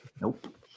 Nope